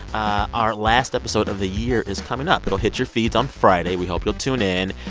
our last episode of the year is coming up. it'll hit your feeds on friday. we hope you'll tune in.